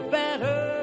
better